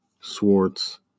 Swartz